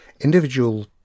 individual